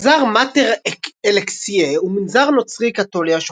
מנזר מאטר אקלסייה הוא מנזר נוצרי קתולי